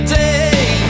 day